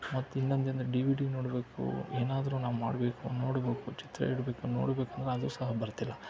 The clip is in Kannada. ಮತ್ತು ಇನ್ನೊಂದು ಎಂದರೆ ಡಿ ವಿ ಡಿ ನೋಡಬೇಕು ಏನಾದರೂ ನಾವು ಮಾಡಬೇಕು ನೋಡ್ಬೇಕು ಚಿತ್ರ ಇಡ್ಬೇಕು ನೋಡಬೇಕು ಅಂದ್ರೆ ಅದು ಸಹ ಬರ್ತಿಲ್ಲ